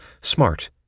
smart